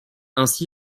ainsi